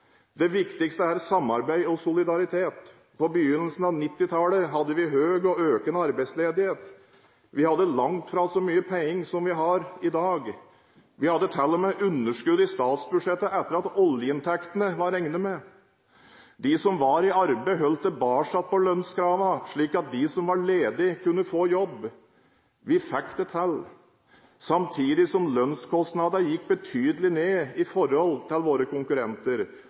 Det viktigste er samarbeid og solidaritet. På begynnelsen av 1990-tallet hadde vi høy og økende arbeidsledighet. Vi hadde langt fra så mye penger som vi har i dag. Vi hadde til og med underskudd på statsbudsjettet etter at oljeinntektene var regnet med. De som var i arbeid, holdt tilbake på lønnskravene, slik at de som var ledige, kunne få jobb. Vi fikk det til, samtidig som lønnskostnadene gikk betydelig ned i forhold til hos våre konkurrenter.